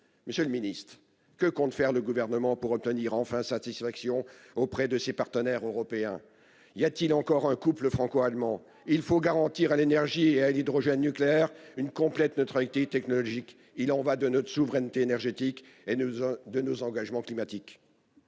Monsieur le ministe que compte faire le gouvernement pour obtenir enfin satisfaction auprès de ses partenaires européens, y a-t-il encore un couple franco-allemand, il faut garantir à l'énergie, l'hydrogène nucléaire une complète neutralité technologique. Il en va de notre souveraineté énergétique et nous faisons de nos engagements climatiques.